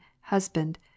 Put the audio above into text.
Husband